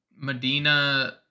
Medina